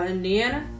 Indiana